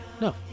No